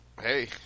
hey